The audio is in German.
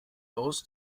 aus